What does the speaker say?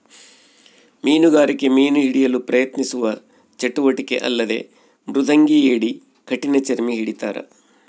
ಮೀನುಗಾರಿಕೆ ಮೀನು ಹಿಡಿಯಲು ಪ್ರಯತ್ನಿಸುವ ಚಟುವಟಿಕೆ ಅಲ್ಲದೆ ಮೃದಂಗಿ ಏಡಿ ಕಠಿಣಚರ್ಮಿ ಹಿಡಿತಾರ